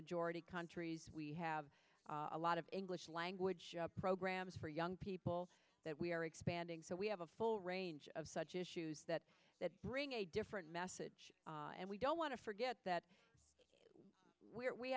majority countries we have a lot of english language programs for young people that we are expanding so we have a full range of such issues that bring a different message and we don't want to forget that where we